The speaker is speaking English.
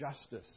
justice